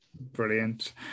Brilliant